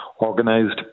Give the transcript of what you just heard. Organised